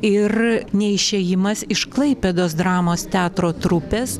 ir neišėjimas iš klaipėdos dramos teatro trupės